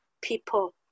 people